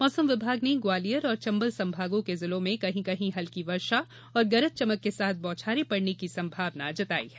मौसम विभाग ने ग्वालियर और चम्बल संभागों के जिलों में कहीं कहीं हल्की वर्षा और गरज चमक के साथ बौछारें पड़ने की संभावना जताई है